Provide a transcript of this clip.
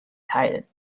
teil